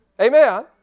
Amen